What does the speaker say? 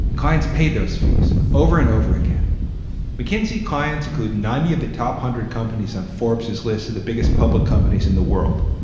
and clients pay those fees over and over again mckinsey clients include ninety of the top hundred companies on forbes list of the biggest public companies in the world.